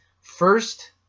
first